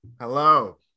Hello